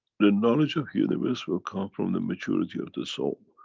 the knowledge of universe will come from the maturity of the soul,